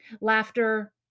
Laughter